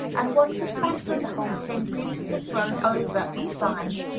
and one could fancy the whole thing beautifully grown over with vines,